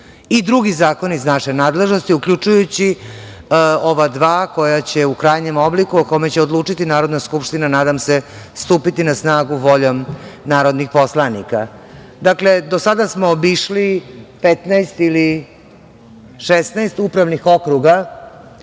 i drugi zakoni iz naše nadležnosti, uključujući ova dva koja će u krajnjem obliku, a o kome će odlučiti Narodna skupština, nadam se, stupiti na snagu voljom narodnih poslanika. Do sada smo obišli 15 ili 16 upravnih okruga.